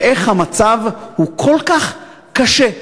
ואיך המצב הוא כל כך קשה,